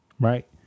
Right